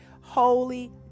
holy